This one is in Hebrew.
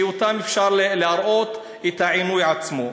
שלהם אפשר להראות את העינוי עצמו?